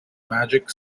magic